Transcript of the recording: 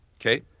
okay